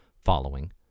following